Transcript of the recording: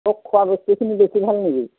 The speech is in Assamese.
অ খোৱাবস্তুখিনি বেছি ভাল নেকি